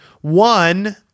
one